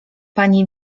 pani